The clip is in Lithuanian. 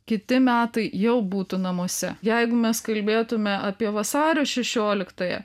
kiti metai jau būtų namuose jeigu mes kalbėtume apie vasario šešioliktąją